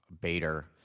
Bader